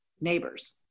neighbors